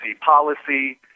policy